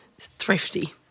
thrifty